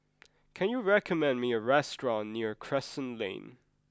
can you recommend me a restaurant near Crescent Lane